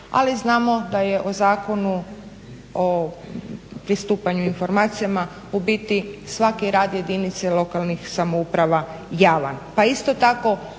ali znamo da je o Zakonu o pristupanju informacijama u biti svaki rad jedinice lokalnih samouprava javan. Pa isto tako